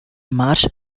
marsh